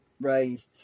raised